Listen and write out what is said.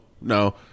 no